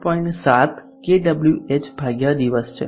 7 કેડબ્લ્યુએચદિવસ છે